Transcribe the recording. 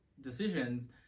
decisions